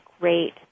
great